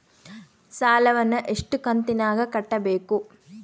ಸಾಲವನ್ನ ಎಷ್ಟು ಕಂತಿನಾಗ ಕಟ್ಟಬೇಕು?